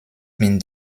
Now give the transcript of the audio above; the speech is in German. mit